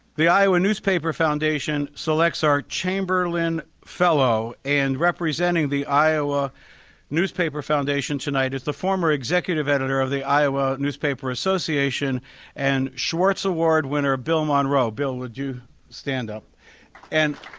the iowa newspaper foundation selects our chamberlain fellow and representing the iowa newspaper foundation tonight is the former executive editor of the iowa newspaper association and schwartz award winner bill monroe bill would you stand up and